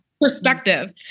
perspective